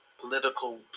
political